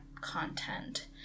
content